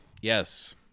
Yes